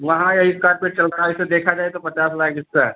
वहाँ यही काट पीट चल रहा है ऐसे देखा जाए तो पचास लाख बिस्सा है